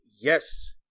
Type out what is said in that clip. yes